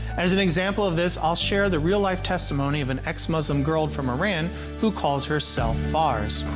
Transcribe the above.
as an example of this, i'll share the real life testimony of an ex-muslim girl from iran who calls herself fars.